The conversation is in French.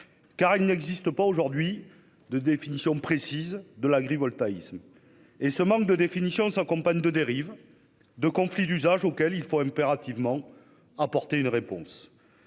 car il n'existe pas aujourd'hui de définition précise de l'agrivoltaïsme. Ce manque s'accompagne de dérives et de conflits d'usages auxquels il faut impérativement apporter une réponse.